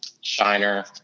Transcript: Shiner